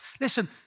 Listen